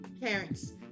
Parents